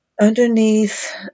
underneath